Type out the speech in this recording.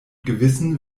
gewissen